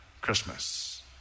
Christmas